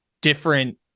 different